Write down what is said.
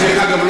דרך אגב,